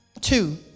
Two